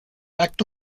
acto